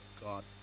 God